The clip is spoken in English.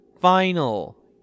final